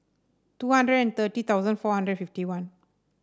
two hundred and thirty thousand four hundred fifty one